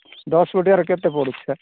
ଦଶ ଫୁଟିଆର କେତେ ପଡ଼ୁଛି ସାର୍